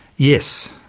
yes.